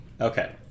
Okay